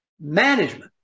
Management